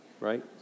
Right